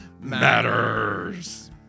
Matters